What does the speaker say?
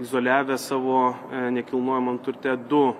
izoliavę savo nekilnojamam turte du